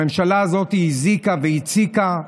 הממשלה הזאת הזיקה והציקה.